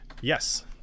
Yes